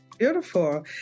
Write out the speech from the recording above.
beautiful